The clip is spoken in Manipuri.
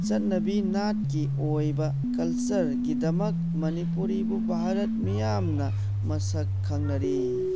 ꯆꯠꯅꯕꯤ ꯅꯥꯏꯀꯤ ꯑꯣꯏꯕ ꯀꯜꯆꯔꯒꯤꯗꯃꯛ ꯃꯅꯤꯄꯨꯔꯤꯕꯨ ꯚꯥꯔꯠ ꯃꯤꯌꯥꯝꯅ ꯃꯁꯛ ꯈꯪꯅꯔꯤ